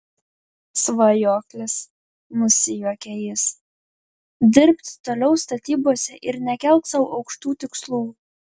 svajoklis nusijuokia jis dirbk toliau statybose ir nekelk sau aukštų tikslų